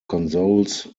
consoles